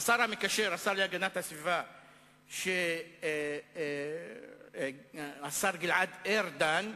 השר המקשר, השר להגנת הסביבה, השר גלעד ארדן,